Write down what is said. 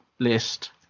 list